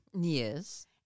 Yes